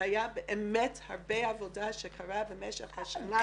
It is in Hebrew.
הייתה באמת הרבה עבודה שנעשתה במשך השנה האחרונה.